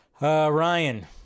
Ryan